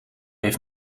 heeft